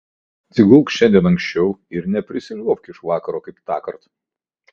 atsigulk šiandien anksčiau ir neprisiliuobk iš vakaro kaip tąkart